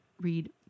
read